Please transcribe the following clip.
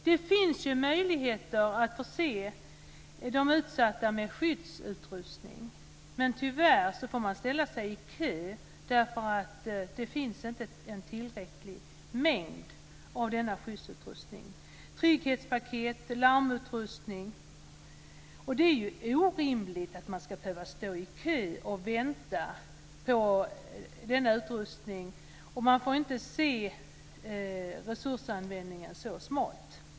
Det finns möjligheter att förse de utsatta med skyddsutrustning, men tyvärr får man ställa sig i kö därför att det inte finns en tillräcklig mängd av denna skyddsutrustning - trygghetspaket och larmutrustning. Det är orimligt att man ska behöva stå i kö och vänta på denna utrustning. Man får inte se resursanvändningen så smalt.